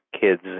kids